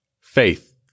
faith